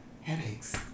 headaches